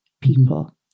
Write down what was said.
people